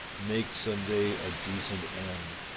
make some day a decent end,